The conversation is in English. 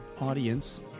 audience